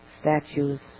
statues